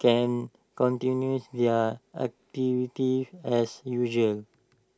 can continues their activities as usual